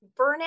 burnout